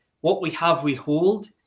what-we-have-we-hold